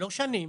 לשלוש שנים,